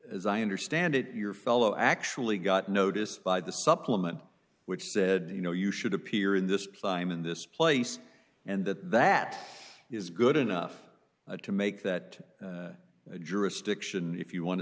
as i understand it your fellow actually got noticed by the supplement which said you know you should appear in this climate in this place and that that is good enough to make that jurisdiction if you want to